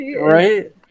Right